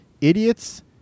idiots